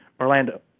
Orlando